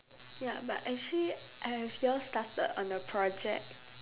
ya but actually have you all started on the project